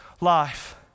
life